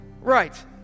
Right